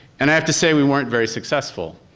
and i have to say we weren't very successful.